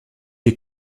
des